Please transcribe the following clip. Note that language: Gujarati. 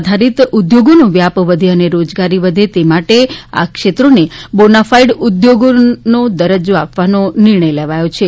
આધારીત ઉદ્યોગોને વ્યાપ વધે અને રોજગારી વધે તે માટે આ ક્ષેત્રોને બોનાફાઇડ ઉદ્યોગોનો દરજ્જો આપવાનો નિર્ણય લેવાયો છે